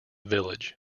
village